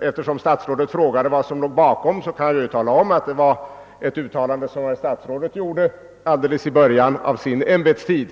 Eftersom statsrådet frågade vad som låg bakom detta, kan jag tala om att det var ett uttalande som statsrådet gjorde i början av sin ämbetstid,